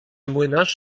młynarz